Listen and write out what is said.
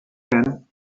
can